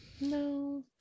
No